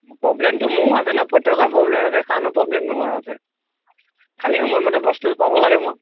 প্ৰব্লেমটো মোৰো আছে ন প্ৰত্যেকৰে প্ৰব্লেম আছে কাৰণো প্ৰব্লেম নোহোৱা আছে খালী সময়মতে বস্তুটো পাব লাগে মই